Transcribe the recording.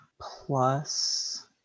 plus